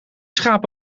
schaap